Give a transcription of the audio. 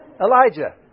Elijah